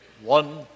one